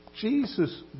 Jesus